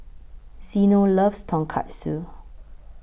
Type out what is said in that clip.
Zeno loves Tonkatsu